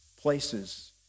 places